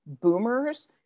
boomers